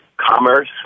commerce